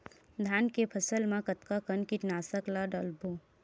धान के फसल मा कतका कन कीटनाशक ला डलबो?